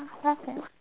okay